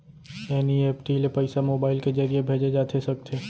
NEFT ले पइसा mobile के ज़रिए भेजे जाथे सकथे?